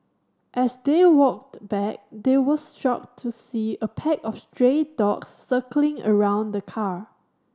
as they walked back they were shocked to see a pack of stray dogs circling around the car